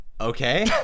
Okay